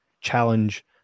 challenge